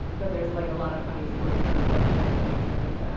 but there's like a lot of funny stories around drug testing. like ah